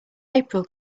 april